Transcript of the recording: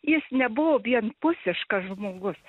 jis nebuvo vienpusiškas žmogus